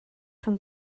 rhwng